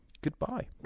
Goodbye